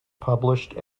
published